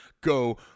go